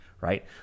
right